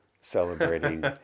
celebrating